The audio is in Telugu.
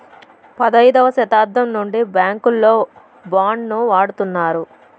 పదైదవ శతాబ్దం నుండి బ్యాంకుల్లో బాండ్ ను వాడుతున్నారు